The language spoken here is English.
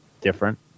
different